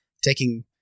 taking